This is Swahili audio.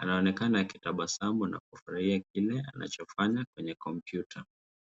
Anaonekana akitabasamu na kufurahia kile anachofanya kwenye kompyuta.